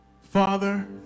Father